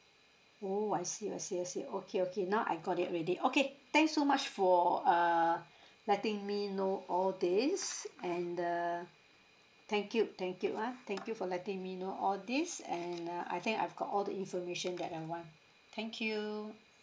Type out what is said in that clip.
oh I see I see I see okay okay now I got it already okay thanks so much for err letting me know all these and uh thank you thank you ah thank you for letting me know all these and uh I think I've got all the information that I want thank you